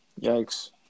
Yikes